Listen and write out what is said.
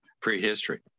prehistory